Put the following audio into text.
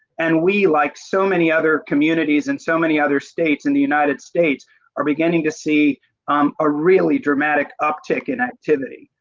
and we like so many other communities and so many other states in the united states are beginning to see a really dramatic uptick in activity.